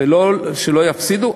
ולא שלא יפסידו,